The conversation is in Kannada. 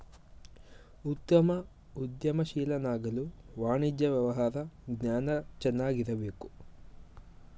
ಉತ್ತಮ ಉದ್ಯಮಶೀಲನಾಗಲು ವಾಣಿಜ್ಯ ವ್ಯವಹಾರ ಜ್ಞಾನ ಚೆನ್ನಾಗಿರಬೇಕು